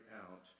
out